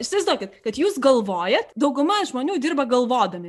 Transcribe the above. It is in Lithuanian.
įsivaizduokit kad jūs galvojat dauguma žmonių dirba galvodami